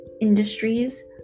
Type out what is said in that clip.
industries